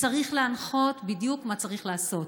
וצריך להנחות בדיוק מה צריך לעשות.